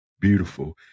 beautiful